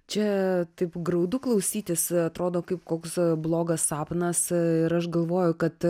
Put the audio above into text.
čia taip graudu klausytis atrodo kaip koks blogas sapnas ir aš galvoju kad